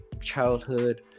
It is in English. childhood